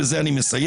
ובזה אני מסיים,